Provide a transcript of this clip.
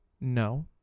No